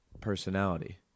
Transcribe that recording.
personality